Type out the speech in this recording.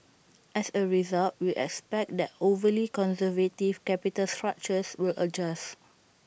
as A result we expect that overly conservative capital structures will adjust